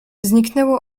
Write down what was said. zniknęło